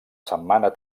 setmana